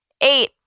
Eight